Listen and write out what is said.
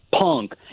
Punk